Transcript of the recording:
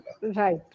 Right